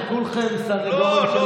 היא הזכירה, ואתם כולכם סנגורים שלו?